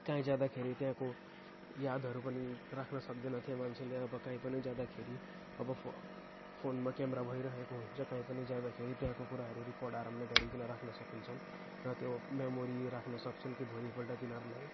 काहीँ जाँदाखेरि त्यहाँको यादहरू पनि राख्न सक्दैन थिए मान्छेले अब काहीँ पनि जाँदाखेरि अब फोनमा क्यामेरा भइराखेको हुन्छ काहीँ पनि जाँदाखेरि त्यहाँको कुराहरू रिकर्डहरू आरमले गरिकन राख्न सकिन्छन् र त्यो मेमोरी राख्न सक्छन् कि भोलिपल्ट तिनीहरूलाई